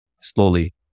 slowly